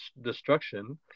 destruction